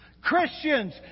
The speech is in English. Christians